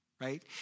right